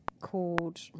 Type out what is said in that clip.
called